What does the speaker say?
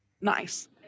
nice